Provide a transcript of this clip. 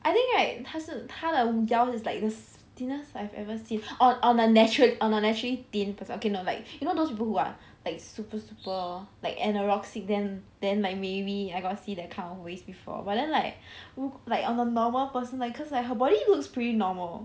I think right 他是他的腰 is like the thinnest I've ever seen on on a naturally on a naturally thin person okay no like you know those book like super super like and anorexic then like maybe I got see that kind of waist before but then like like on a normal person like cause like her body looks pretty normal